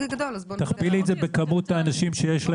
תכפילי את זה בכמות האנשים שיש להם,